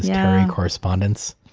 terry correspondence,